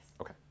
Okay